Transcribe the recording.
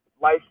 life